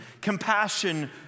Compassion